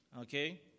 okay